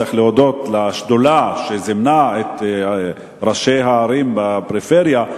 צריך להודות לשדולה שזימנה את ראשי הערים בפריפריה,